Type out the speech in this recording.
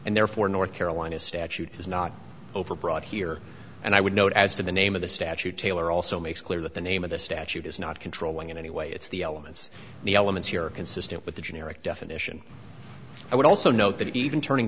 and therefore north carolina statute is not overbroad here and i would note as to the name of the statute tailor also makes clear that the name of the statute is not controlling in any way it's the elements the elements here consistent with the generic definition i would also note that even turning